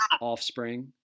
offspring